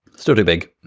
sort of big.